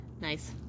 Nice